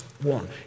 One